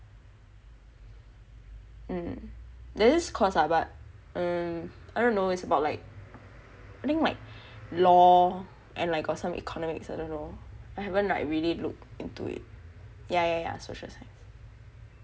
mm there's this course lah but mm I don't know it's about like I think like law and got like some economics I don't know I haven't like really look into it yah yah yah social science